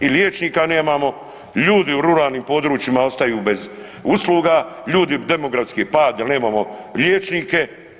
I liječnika nemamo, ljudi u ruralnim područjima ostaju bez usluga, ljudi demografski pad jer nemamo liječnike.